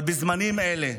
אבל בזמנים האלה,